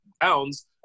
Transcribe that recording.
pounds